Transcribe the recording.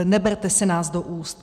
Neberte si nás do úst!